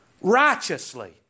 righteously